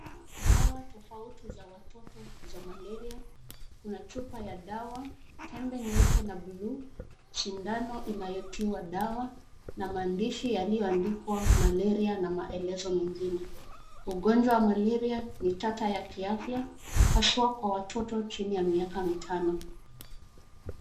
Dawa tofauti za watoto za Malaria, kuna chupa ya dawa, tembe nyeupe na bluu, sindano inayotiwa dawa na maandishi yaliyoandikwa Malaria na maelezo mengine. Ugonjwa wa Malaria ni tata ya kiafya haswa kwa watoto chini ya miaka mitano.